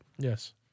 Yes